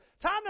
Time